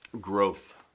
growth